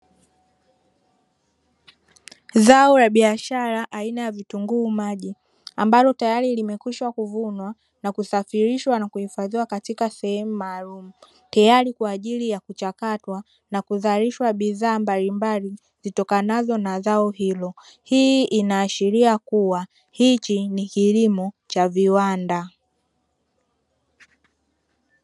Zao la biashara aina ya vitunguu maji ambalo tayari limekishwa kuvunwa na kusafirishwa na kuhifadhiwa katika sehemu maalumu teyari kwa ajili ya kuchakatwa na kuzalishwa bidhaa mbalimbali zitokanazo na zao hilo. Hii inaashiria kuwa hichi ni kilimo cha viwanda.